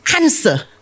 answer